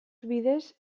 bidez